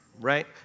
Right